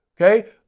okay